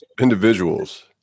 individuals